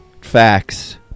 Facts